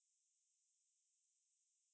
ya this was back in two thousand four lah